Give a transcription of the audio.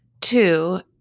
Two